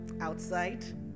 outside